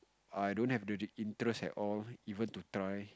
I don't have the interest at all even to try